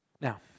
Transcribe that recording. Now